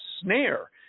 snare